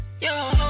yo